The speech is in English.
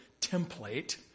template